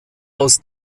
aus